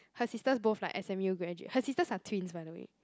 her sisters both like s_m_u graduate her sisters are twins by the way